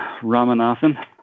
Ramanathan